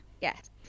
Yes